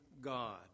God